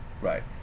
Right